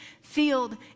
field